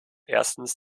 erstens